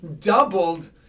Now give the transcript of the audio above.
doubled